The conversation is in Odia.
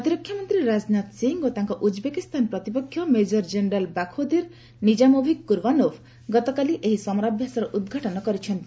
ପ୍ରତିରକ୍ଷା ମନ୍ତ୍ରୀ ରାଜନାଥ ସିଂ ଓ ତାଙ୍କ ଉଜ୍ବେକିସ୍ଥାନ ପ୍ରତିପକ୍ଷ Major General Bakhodir Nizamovich Kurbanov ଗତକାଲି ଏହି ସମରାଭ୍ୟାସର ଉଦ୍ଘାଟନ କରିଛନ୍ତି